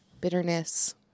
bitterness